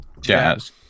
jazz